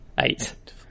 Eight